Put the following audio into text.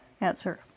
answer